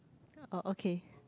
oh okay